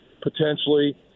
potentially